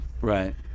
Right